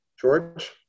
George